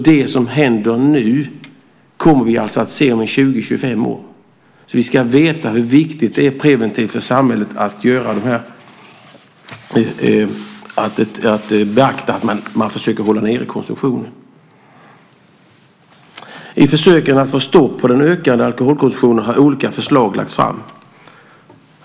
Det som händer nu kommer vi alltså att se effekten av om ungefär 20-25 år. Vi ska veta hur viktigt det preventivt är för samhället att beakta detta med att försöka hålla nere konsumtionen. I samband med försöken med att få stopp på den ökande alkoholkonsumtionen har olika förslag lagts fram.